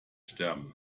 sterben